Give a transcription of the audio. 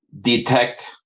Detect